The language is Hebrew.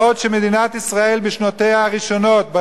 בעוד מדינת ישראל בשנותיה הראשונות,